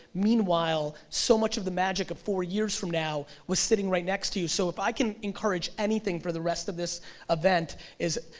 meanwhile so much of the magic of four years from now, is sitting right next to you. so if i can encourage anything for the rest of this event is,